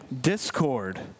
discord